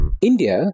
India